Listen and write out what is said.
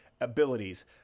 abilities